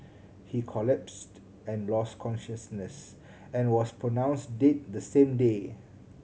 he collapsed and lost consciousness and was pronounce dead the same day